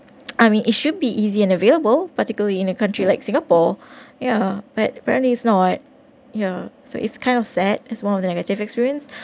I mean it should be easy and available particularly in a country like singapore ya but apparently is not ya so it's kind of sad as one of the negative experience